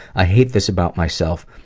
i hate this about myself.